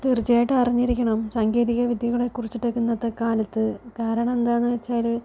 തീർച്ചയായിട്ടും അറിഞ്ഞിരിക്കണം സാങ്കേതിവിദ്യകളെ കുറിച്ചിട്ടൊക്കെ ഇന്നത്തെ കാലത്ത് കാരണം എന്താണെന്ന് വെച്ചാല്